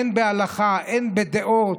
הן בהלכה הן בדעות,